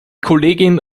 kollegin